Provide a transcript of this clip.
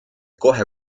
kohe